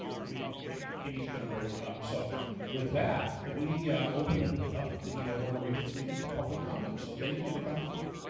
we did, ok, amy's gonna bring one up. so with that, we open ah up the board of regent's meeting to public comments. so thank you for coming today.